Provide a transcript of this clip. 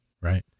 Right